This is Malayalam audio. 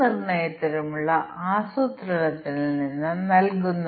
ഇത് 3000 ൽ കൂടാത്തിടത്തോളം ആണെങ്കിൽ ഞങ്ങൾ സൌജന്യ ഭക്ഷണം നൽകില്ല